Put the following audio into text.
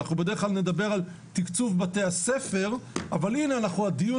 אנחנו בדרך עוד נדבר על תקצוב בתי-הספר אבל הנה הדיון